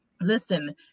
Listen